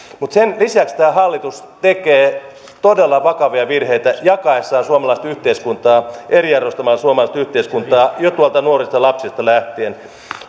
mutta sen lisäksi tämä hallitus tekee todella vakavia virheitä jakaessaan suomalaista yhteiskuntaa eriarvoistamalla suomalaista yhteiskuntaa jo tuolta nuorista lapsista lähtien